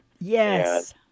Yes